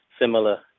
similar